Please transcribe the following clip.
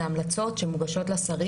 אלה המלצות שמוגשות לשרים.